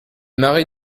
maris